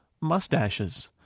mustaches